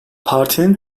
partinin